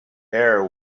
air